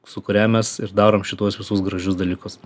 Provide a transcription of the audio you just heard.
su kuria mes ir darom šituos visus gražius dalykus